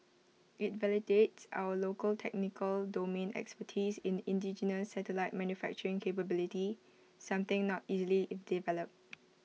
IT validates our local technical domain expertise in indigenous satellite manufacturing capability something not easily developed